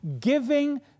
giving